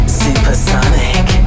supersonic